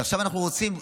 אז עכשיו אנחנו רוצים,